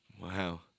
Wow